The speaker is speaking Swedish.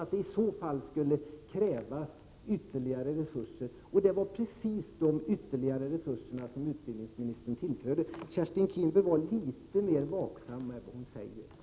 I så fall skulle det krävas ytterligare resurser, och det var precis de ytterligare resurserna som utbildningsministern tillförde. Kerstin Keen bör vara litet mer varsam med vad hon säger.